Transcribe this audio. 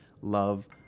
love